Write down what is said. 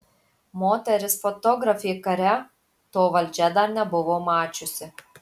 moteris fotografė kare to valdžia dar nebuvo mačiusi